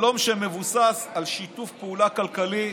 שלום שמבוסס על שיתוף פעולה כלכלי,